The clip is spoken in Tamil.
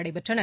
நடைபெற்றன